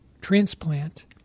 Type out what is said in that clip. transplant